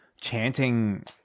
chanting